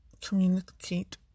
Communicate